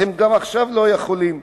עכשיו הם לא יכולים,